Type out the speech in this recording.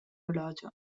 orologio